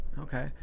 Okay